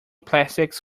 plastics